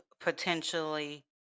potentially